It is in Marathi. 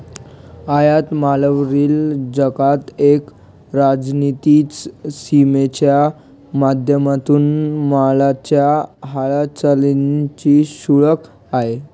आयात मालावरील जकात एक राजनीतिक सीमेच्या माध्यमातून मालाच्या हालचालींच शुल्क आहे